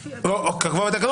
או "כפי שיקבע בית משפט".